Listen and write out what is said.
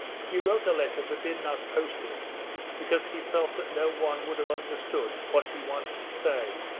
he wrote a letter, but did not post it because he felt that no one would have understood what he wanted to say,